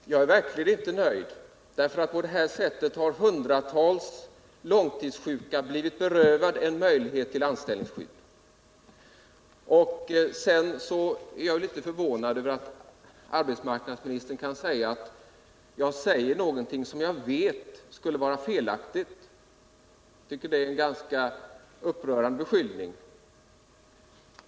Fru talman! Jag är verkligen inte nöjd, därför att på detta sätt har hundratals långtidssjuka blivit berövade en möjlighet till anställningsskydd. Jag är förvånad över att arbetsmarknadsministern kan påstå att jag säger någonting som jag vet skulle vara felaktigt. Det är en ganska upprörande beskyllning.